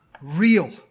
real